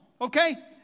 okay